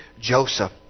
Joseph